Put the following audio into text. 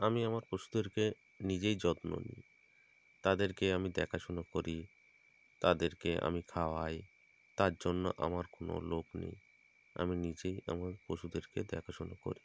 আমি আমার পশুদেরকে নিজেই যত্ন নিই তাদেরকে আমি দেখাশুনো করি তাদেরকে আমি খাওয়াই তার জন্য আমার কোনও লোক নেই আমি নিজেই আমার পশুদেরকে দেখাশোনা করি